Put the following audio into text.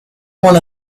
one